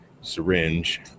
syringe